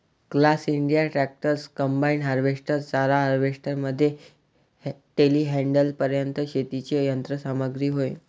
class India tractors, combine harvester, चारा harvester मध्ये टेलीहँडलरपर्यंत शेतीची यंत्र सामग्री होय